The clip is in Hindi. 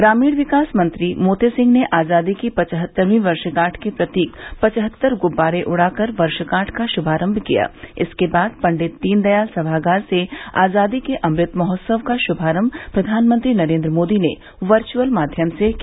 ग्रामीण विकास मंत्री मोती सिंह ने आजादी की पचहत्तरवीं वर्षगाठ के प्रतीक पचहत्तर गुब्बारे उड़ाकर वर्षगाठ का श्मारम्म किया इसके बाद पंडित दीनदयाल सभागार से आजादी के अमृत महोत्सव का शुभारंभ प्रधानमंत्री नरेंद्र मोदी ने वर्च्अल माध्यम से किया